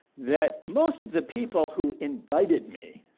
that most of the people who invited me,